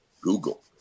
google